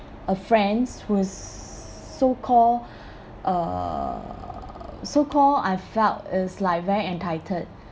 a friends who's so called uh so called I felt is like very entitled